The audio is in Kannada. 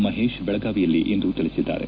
ಮಹೇಶ್ ಬೆಳಗಾವಿಯಲ್ಲಿಂದು ತಿಳಿಸಿದ್ದಾರೆ